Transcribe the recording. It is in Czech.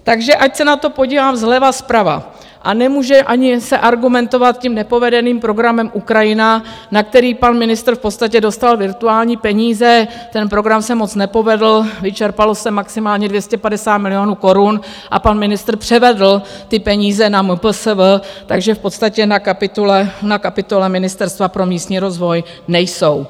Takže ať se na to podívám zleva, zprava a nemůže se ani argumentovat tím nepovedeným programem Ukrajina, na který pan ministr v podstatě dostal virtuální peníze, ten program se moc nepovedl, vyčerpalo se maximálně 250 milionů korun a pan ministr převedl ty peníze na MPSV, takže v podstatě na kapitole Ministerstva pro místní rozvoj nejsou.